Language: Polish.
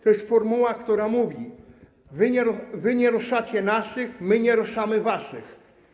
To jest formuła, która mówi: wy nie ruszacie naszych, my nie ruszamy waszych.